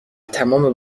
تمام